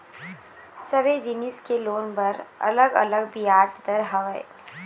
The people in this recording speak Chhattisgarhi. सबे जिनिस के लोन बर अलग अलग बियाज दर हवय